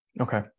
Okay